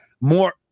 more